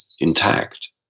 intact